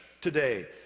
today